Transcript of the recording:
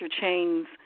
chains